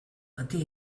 bati